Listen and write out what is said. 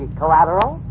collateral